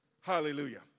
Hallelujah